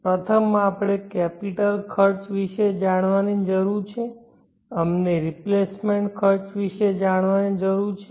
પ્રથમ આપણે કેપિટલખર્ચ વિશે જાણવાની જરૂર છે અમને રિપ્લેસમેન્ટ ખર્ચ વિશે જાણવાની જરૂર છે